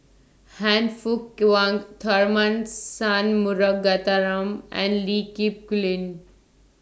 Han Fook Kwang Tharman Shanmugaratnam and Lee Kip Lin